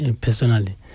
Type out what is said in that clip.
personally